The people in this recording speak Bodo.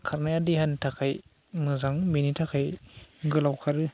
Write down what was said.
खारनाया देहानि थाखाय मोजां बेनिथाखाय गोलाव खारो